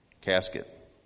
casket